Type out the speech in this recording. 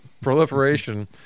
proliferation